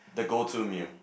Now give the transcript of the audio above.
the go to meal